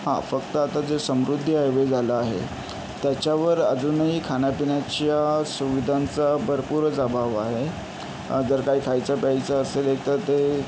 हा फक्त आता जे समृद्धी हायवे झाला आहे त्याच्यावर अजून ही खाण्या पिण्याच्या सुविधांचा भरपूरच अभाव आहे जर काही खायचं प्यायचं असेल एक तर ते